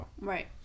Right